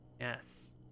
Yes